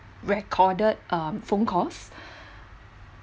recorded um phone calls